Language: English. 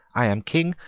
i am king.